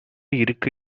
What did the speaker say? இருக்க